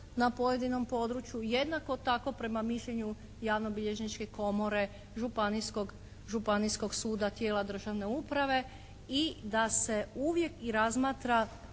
na pojedinom području jednako tako prema mišljenju javnobilježničke Komore Županijskog suda, tijela državne uprave i da se uvijek i razmatra